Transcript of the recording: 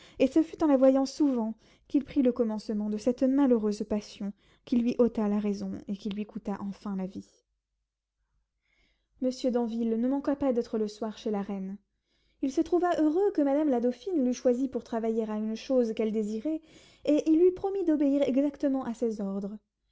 et ce fut en la voyant souvent qu'il prit le commencement de cette malheureuse passion qui lui ôta la raison et qui lui coûta enfin la vie monsieur d'anville ne manqua pas d'être le soir chez la reine il se trouva heureux que madame la dauphine l'eût choisi pour travailler à une chose qu'elle désirait et il lui promit d'obéir exactement à ses ordres